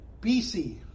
BC